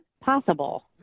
possible